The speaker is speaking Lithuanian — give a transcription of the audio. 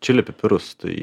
čili pipirus tai